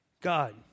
God